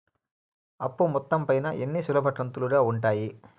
అప్పు మొత్తం పైన ఎన్ని సులభ కంతులుగా ఉంటాయి?